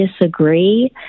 disagree